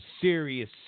serious